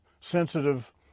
sensitive